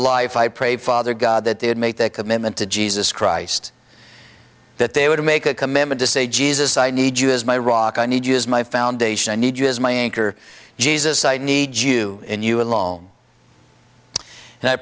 life i pray father god that they would make that commitment to jesus christ that they would make a commitment to say jesus i need you is my rock i need you as my foundation i need you as my anchor jesus i need you in you alone and i